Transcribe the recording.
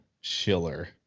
Schiller